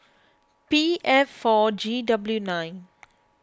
P F four G W nine